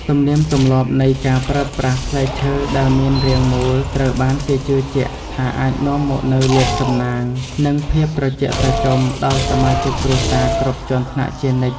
ទំនៀមទម្លាប់នៃការប្រើប្រាស់ផ្លែឈើដែលមានរាងមូលត្រូវបានគេជឿជាក់ថាអាចនាំមកនូវលាភសំណាង និង ភាពត្រជាក់ត្រជុំដល់សមាជិកគ្រួសារគ្រប់ជាន់ថ្នាក់ជានិច្ច។